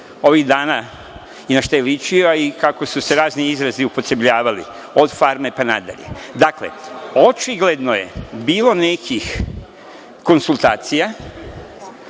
ovih dana i na šta je ličio, a i kako su se razni izrazi upotrebljavali od farme pa nadalje. Dakle, očigledno je bilo nekih konsultacija,